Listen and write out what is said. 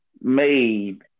made